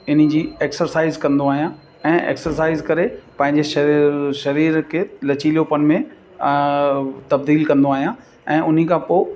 इन जी एक्सरसाइज़ कंदो आहियां ऐं एक्सरसाइज़ करे पंहिंजे शरीर शरीर खे लचीलोपन में तबदील कंदो आहियां ऐं उन खां पोइ